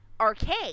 arcade